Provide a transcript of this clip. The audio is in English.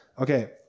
Okay